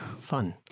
Fun